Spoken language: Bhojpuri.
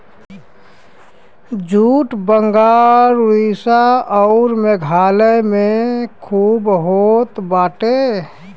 जूट बंगाल उड़ीसा आसाम अउर मेघालय में खूब होत बाटे